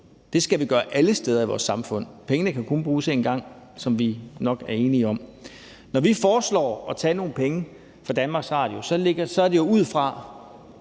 Det skal vi gøre alle steder i vores samfund. Pengene kan kun bruges én gang, som vi nok er enige om. Når vi foreslår at tage nogle penge fra DR, er det jo ud fra,